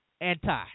anti